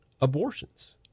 abortions